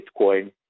Bitcoin